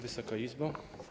Wysoka Izbo!